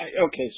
okay